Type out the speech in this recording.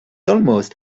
almost